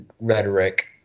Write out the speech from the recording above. rhetoric